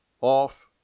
off